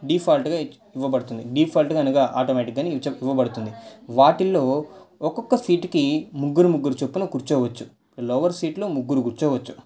డిఫాల్ట్గా ఇవ్వబడుతుంది డిఫాల్ట్గా అనగా ఆటోమేటిక్గా ఉపయోగపడుతుంది వాటిల్లో ఒక్కొక్క సీటుకి ముగ్గురు ముగ్గురు చొప్పున కూర్చోవచ్చు లోయర్ సీటులో ముగ్గురు కూర్చోవచ్చు